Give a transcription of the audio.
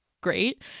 great